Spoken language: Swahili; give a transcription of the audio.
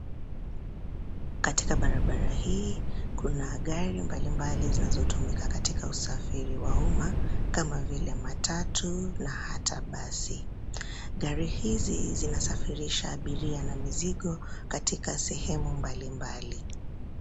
Katika barabara hii kuna magari mbali mbali yanayotumika katika usafiri wa uma kama vile matatu na hata basi. Magari haya yanasafirisha abiria na mizigo katika sehemu mbali mbali.